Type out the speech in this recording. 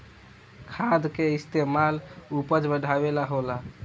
खाद के इस्तमाल उपज बढ़ावे ला होला